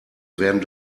werden